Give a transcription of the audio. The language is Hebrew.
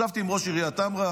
ישבתי עם ראש עיריית טמרה